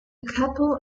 couple